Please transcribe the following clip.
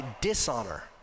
dishonor